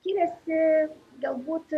skiriasi galbūt